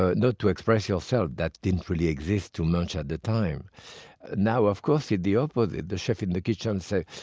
ah not to express yourself. that didn't really exist too much at the time now, of course, is the opposite. the chef in the kitchen says,